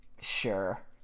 Sure